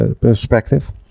perspective